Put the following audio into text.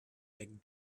big